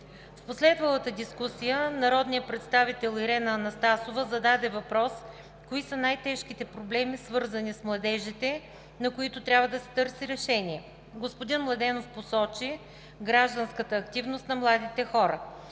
В последвалата дискусия народният представител Ирена Анастасова зададе въпрос: кои са най-тежките проблеми, свързани с младежите, на които трябва да се търси решение? Господин Младенов посочи гражданската активност на младите хора,